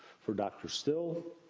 for dr. still,